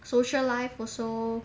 social life also